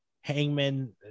hangman